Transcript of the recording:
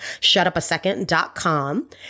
shutupasecond.com